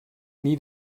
need